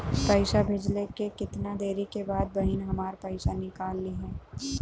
पैसा भेजले के कितना देरी के बाद बहिन हमार पैसा निकाल लिहे?